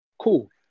Cool